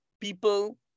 people